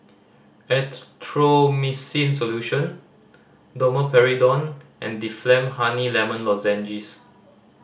Erythroymycin Solution Domperidone and Difflam Honey Lemon Lozenges